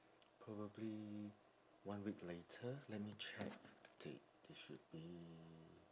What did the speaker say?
probably one week later let me check the date it should be